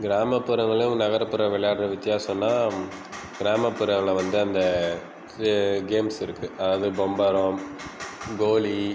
கிராமப்புறங்களையும் நகர்ப்புற விளையாடறது வித்தியாசம்னா கிராமபுறங்களில் வந்து அந்த கேம்ஸ் இருக்கு அது பம்பரம் கோலி